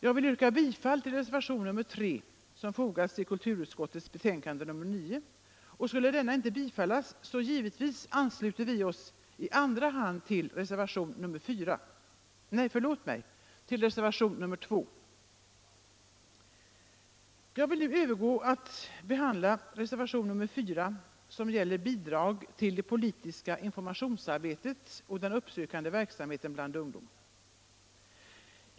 Jag vill yrka bifall till reservationen 3 som fogats till kulturutskottets betänkande nr 9, och skulle denna inte bifallas så ansluter vi oss givetvis i andra hand till reservationen 2. Jag vill nu övergå till att behandla reservationen 4, som gäller bidrag till det politiska informationsarbetet och den uppsökande verksamheten bland ungdomar.